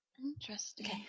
Interesting